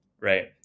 right